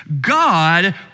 God